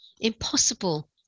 impossible